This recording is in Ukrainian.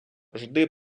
жди